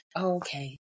Okay